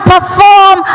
perform